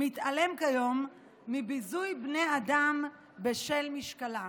מתעלם כיום מביזוי בני אדם בשל משקלם.